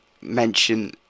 mention